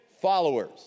followers